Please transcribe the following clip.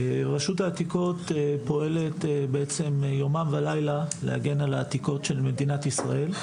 רשות העתיקות פועלת יומם ולילה להגן על העתיקות של מדינת ישראל.